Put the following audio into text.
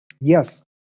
Yes